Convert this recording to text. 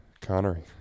Connery